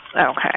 Okay